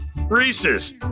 Reese's